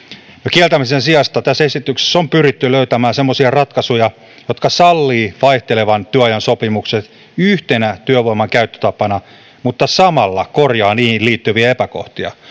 kieltämisen sijasta tässä esityksessä on pyritty löytämään semmoisia ratkaisuja jotka sallivat vaihtelevan työajan sopimukset yhtenä työvoiman käyttötapana mutta samalla korjaavat niihin liittyviä epäkohtia